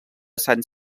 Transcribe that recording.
saint